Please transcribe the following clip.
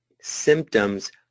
symptoms